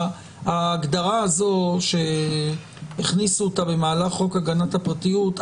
ההגדרה הזו שהכניסו אותה במהלך חוק הגנת הפרטיות,